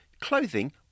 clothing